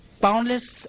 boundless